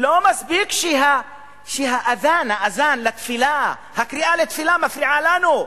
לא מספיק שהאזאן לתפילה מפריעה לנו,